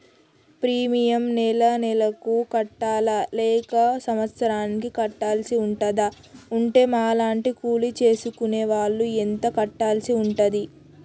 Premium నెల నెలకు కట్టాలా లేక సంవత్సరానికి కట్టాల్సి ఉంటదా? ఉంటే మా లాంటి కూలి చేసుకునే వాళ్లు ఎంత కట్టాల్సి ఉంటది?